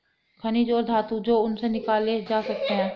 खनिज और धातु जो उनसे निकाले जा सकते हैं